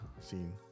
scene